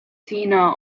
senna